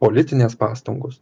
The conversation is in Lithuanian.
politinės pastangos